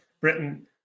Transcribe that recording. Britain